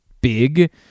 big